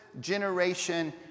generation